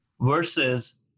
versus